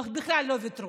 בכלל לא ויתרו.